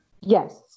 Yes